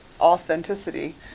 authenticity